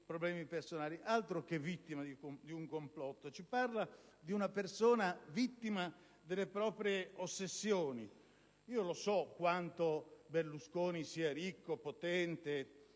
*Premier*. Altro che vittima di un complotto! Ci parla di una persona vittima delle proprie ossessioni. So quanto Berlusconi sia ricco e potente,